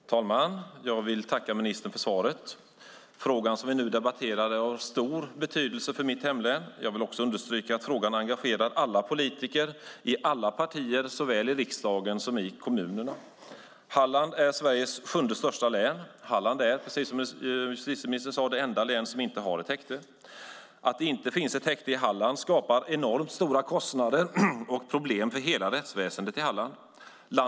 Herr talman! Jag tackar ministern för svaret. Frågan som vi nu debatterar är av stor betydelse för mitt hemlän. Jag vill också understryka att frågan engagerar alla politiker i alla partier såväl i riksdagen som i kommunerna. Halland är Sveriges sjunde största län. Halland är, precis som justitieministern sade, det enda län som inte har ett häkte. Det skapar enormt stora kostnader och problem för hela rättsväsendet i Halland att det inte finns något häkte där.